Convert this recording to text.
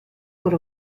por